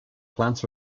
plants